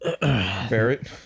barrett